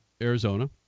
Arizona